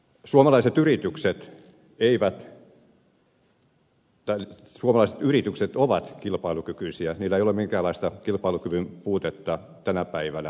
suomalaiset yritykset ovat kilpailukykyisiä niillä ei ole minkäänlaista kilpailukyvyn puutetta tänä päivänä